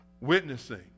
witnessing